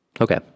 okay